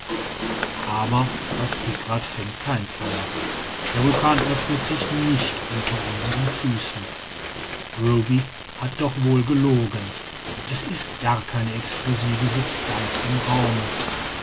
aber das pikrat fängt kein feuer der vulkan öffnet sich nicht unter unseren füßen ruby hat doch wohl gelogen es ist gar keine explosive substanz im raume